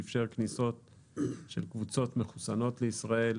שאפשר כניסות של קבוצות מחוסנות לישראל.